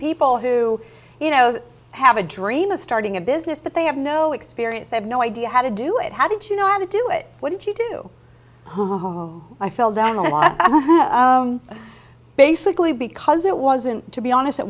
people who you know have a dream of starting a business but they have no experience they have no idea how to do it how did you know how to do it what did you do i fell down a lot basically because it wasn't to be honest